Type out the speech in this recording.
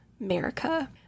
america